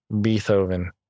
Beethoven